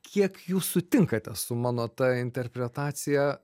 kiek jūs sutinkate su mano ta interpretacija